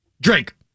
Drink